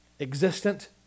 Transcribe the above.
existent